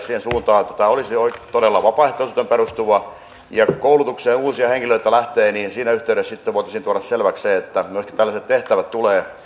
siihen suuntaan että tämä olisi todella vapaaehtoisuuteen perustuvaa ja kun koulutukseen uusia henkilöitä lähtee siinä yhteydessä sitten voitaisiin tuoda selväksi se että myöskin tällaiset tehtävät tulevat